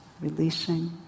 releasing